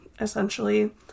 essentially